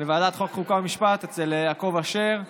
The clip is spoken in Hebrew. בוועדת החוקה, חוק ומשפט אצל יעקב אשר,